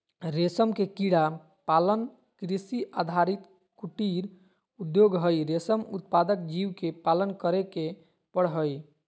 रेशम के कीड़ा पालन कृषि आधारित कुटीर उद्योग हई, रेशम उत्पादक जीव के पालन करे के पड़ हई